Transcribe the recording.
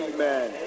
Amen